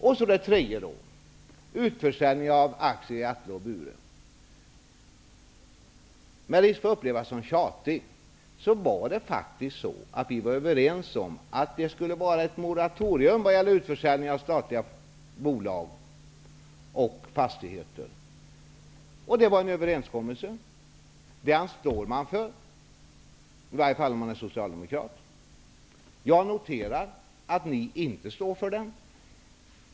Den tredje frågan, utförsäljning av aktierna i Atle och Bure: Med risk att upplevas som tjatig vill jag säga att vi faktiskt var överens om att det skulle vara ett moratorium vad gäller utförsäljning av statliga bolag och fastigheter. Det var en överenskommelse. Den står man för, i varje fall om man är socialdemokrat. Jag noterar att ni inte står för den.